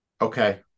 okay